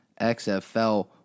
XFL